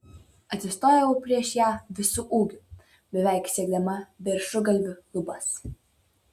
atsistojau prieš ją visu ūgiu beveik siekdama viršugalviu lubas